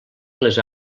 les